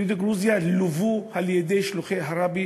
יהודי גרוזיה לוו על-ידי שלוחי הרבי